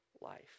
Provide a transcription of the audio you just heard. life